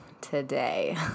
today